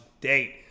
date